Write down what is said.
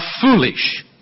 foolish